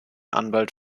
anwalt